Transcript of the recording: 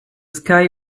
sky